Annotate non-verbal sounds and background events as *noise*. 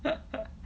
*laughs*